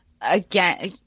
again